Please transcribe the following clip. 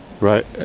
Right